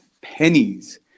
pennies